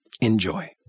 enjoy